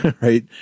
right